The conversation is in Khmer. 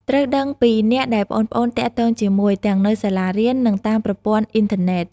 ត្រូវដឹងពីអ្នកដែលប្អូនៗទាក់ទងជាមួយ ទាំងនៅសាលារៀន និងតាមប្រព័ន្ធអុីនធឺណេត។